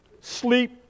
sleep